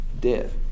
death